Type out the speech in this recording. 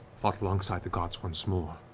fought alongside the gods once more.